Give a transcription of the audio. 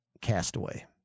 Castaway